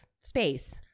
space